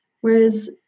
whereas